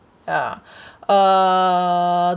ya uh